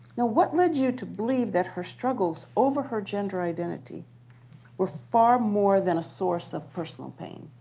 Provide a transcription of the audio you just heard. now what led you to believe that her struggles over her gender identity were far more than a source of personal pain?